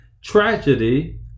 tragedy